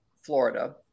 Florida